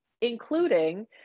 including